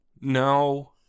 No